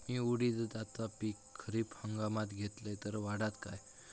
मी उडीदाचा पीक खरीप हंगामात घेतलय तर वाढात काय?